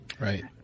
Right